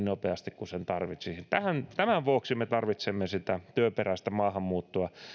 nopeasti kuin tarvitsisi tämän vuoksi me tarvitsemme sitä työperäistä maahanmuuttoa